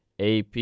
AP